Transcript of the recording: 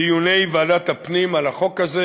בדיוני ועדת הפנים על החוק הזה.